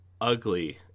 ugly